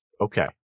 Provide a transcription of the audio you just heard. Okay